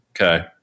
Okay